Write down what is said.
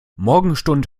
morgenstund